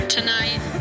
Tonight